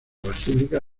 basílica